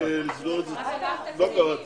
הישיבה